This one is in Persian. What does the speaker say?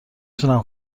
تونم